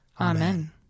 Amen